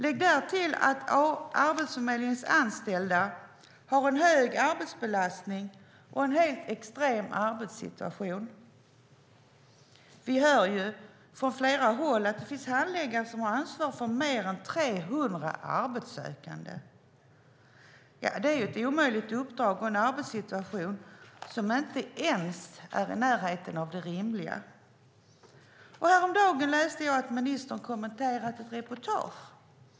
Lägg därtill att Arbetsförmedlingens anställda har en hög arbetsbelastning och en helt extrem arbetssituation. Vi hör från flera håll att det finns handläggare som har ansvar för fler än 300 arbetssökande. Det är ett omöjligt uppdrag och en arbetssituation som inte ens är i närheten av det rimliga. Häromdagen läste jag att ministern kommenterade ett reportage.